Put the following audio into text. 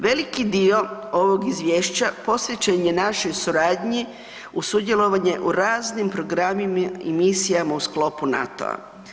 Veliki dio ovog izvješća posvećen je našoj suradnji u sudjelovanje u raznim programima i misijama u sklopu NATO-a.